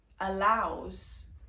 allows